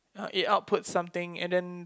it outputs something and then